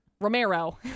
Romero